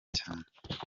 cyane